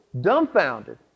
dumbfounded